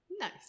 Nice